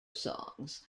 songs